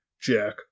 Jack